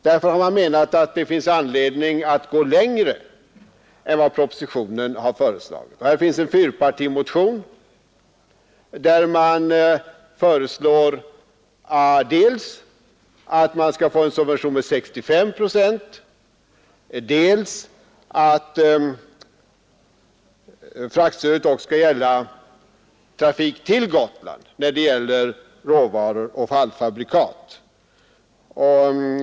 Därför har man menat att det finns anledning att gå längre än vad propositionen har föreslagit, och det föreligger en fyrpartimotion i vilken föreslås dels att det skall ges en subvention med 65 procent, dels att fraktstödet också skall gälla trafik till Gotland i fråga om råvaror och halvfabrikat.